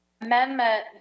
amendment